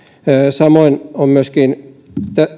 samoin on myöskin